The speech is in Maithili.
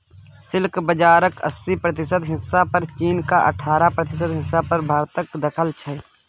सिल्क बजारक अस्सी प्रतिशत हिस्सा पर चीन आ अठारह प्रतिशत हिस्सा पर भारतक दखल छै